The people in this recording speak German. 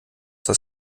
das